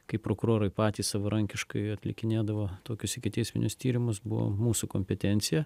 kai prokurorai patys savarankiškai atlikinėdavo tokius ikiteisminius tyrimus buvo mūsų kompetencija